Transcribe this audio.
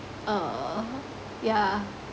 uh yeah